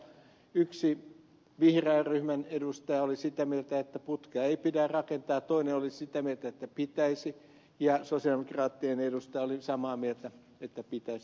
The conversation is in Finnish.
yksi vihreän ryhmän edustaja oli sitä mieltä että putkea ei pidä rakentaa ja toinen oli sitä mieltä että pitäisi ja sosialidemokraattien edustaja oli samaa mieltä että pitäisi rakentaa